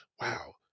Wow